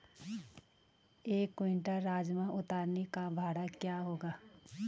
एक क्विंटल राजमा उतारने का भाड़ा क्या होगा?